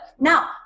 now